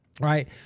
Right